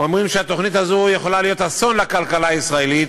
אומרים שהתוכנית הזו יכולה להיות אסון לכלכלה הישראלית,